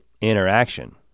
interaction